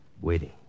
Waiting